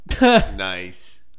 Nice